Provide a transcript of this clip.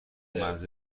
مجلس